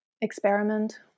experiment